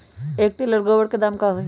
एक टेलर गोबर के दाम का होई?